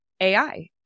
AI